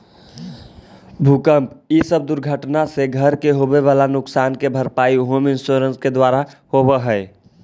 भूकंप इ सब दुर्घटना से घर के होवे वाला नुकसान के भरपाई होम इंश्योरेंस के द्वारा होवऽ हई